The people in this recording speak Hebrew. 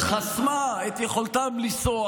(חברת הכנסת מיכל שיר סגמן יוצאת מאולם המליאה.) חסמה את יכולתם לנסוע